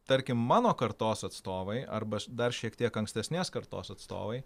tarkim mano kartos atstovai arba dar šiek tiek ankstesnės kartos atstovai